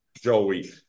Joey